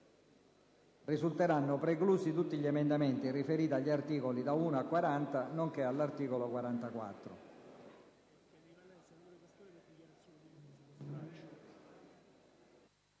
risulteranno preclusi tutti gli emendamenti riferiti agli articoli da 1 a 40 nonché all'articolo 44.